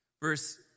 Verse